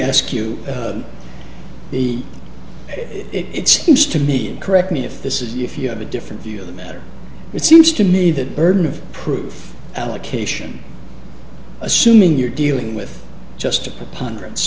ask you the it seems to me correct me if this is if you have a different view of the matter it seems to me that burden of proof allocation assuming you're dealing with just a preponderance